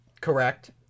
Correct